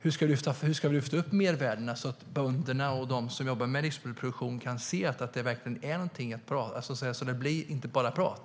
Hur ska vi lyfta upp mervärdena så att bönderna och de som jobbar med livsmedelsproduktion kan se att det inte bara blir prat?